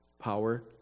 power